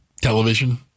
Television